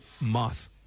moth